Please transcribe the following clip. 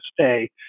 stay